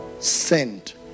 sent